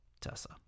Tessa